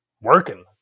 working